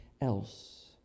else